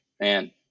Man